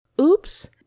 Oops